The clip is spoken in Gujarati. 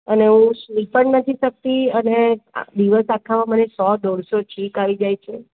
અને હું સૂઈ પણ નથી શકતી અને દિવસ આખામાં મને સો દોઢસો છીંક આવી જાય છે